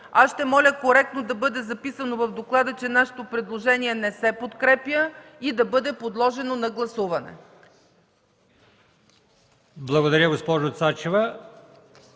ще моля коректно да бъде записано в доклада, че нашето предложение не се подкрепя и да бъде подложено на гласуване.